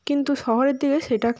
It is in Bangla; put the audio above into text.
কিন্তু শহরের দিকে সেইটা